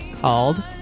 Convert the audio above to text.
called